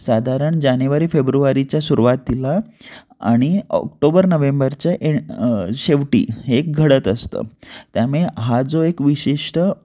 साधारण जानेवारी फेब्रुवारीच्या सुरवातीला आणि ऑक्टोबर नोव्हेंबरच्या एंड शेवटी हे घडत असतं त्यामुळे हा जो एक विशिष्ट